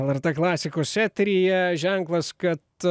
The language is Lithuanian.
lrt klasikos eteryje ženklas kad